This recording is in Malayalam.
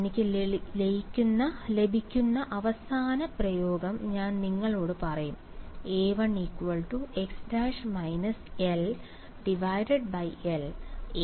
എനിക്ക് ലഭിക്കുന്ന അവസാന പ്രയോഗം ഞാൻ നിങ്ങളോട് പറയും A1 x′ − ll A2 x′l